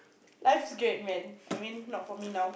life great man I mean look at me now